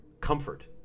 comfort